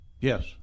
yes